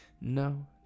No